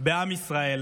בעם ישראל,